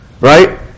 Right